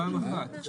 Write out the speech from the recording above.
פעם אחת.